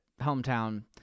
hometown